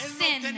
sin